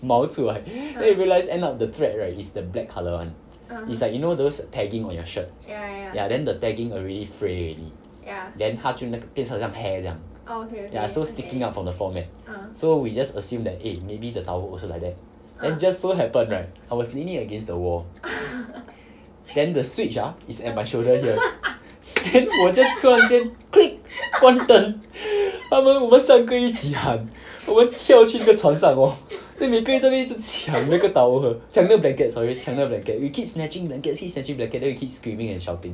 毛出来 then we realise end up the thread right is the black colour [one] is like you know those tagging on your shirt ya then the tagging already fray already then 它就那个变成那个很像 hair 这样 ya so sticking out from the floor mat so we just assume that eh maybe the towel also like that then just so happen right I was leaning against the wall then the switch ah is at my shoulder here then 我 just 突然间 click 关灯他们我们三个一起喊我们跳去那个床上 hor then 每个一直在那边一直抢那个 towel 抢那个 blanket sorry 那个 blanket we keep snatching blanket keep snatching blanket then we keep screaming and shouting